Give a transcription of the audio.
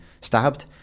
stabbed